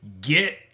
Get